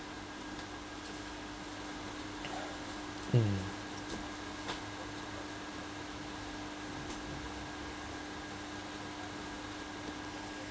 mm